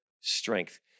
strength